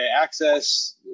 access